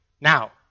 now